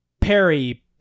Perry